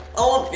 oh